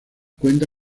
cuenta